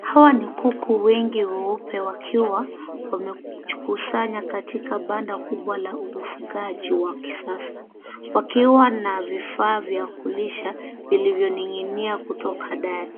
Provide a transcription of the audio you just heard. Hawa ni kuku wengi weupe wakiwa wamejikusanya katika banda kubwa la ufugaji la kisasa wakiwa na vifaa vya kulisha vilivyoning'inia kutoka dari.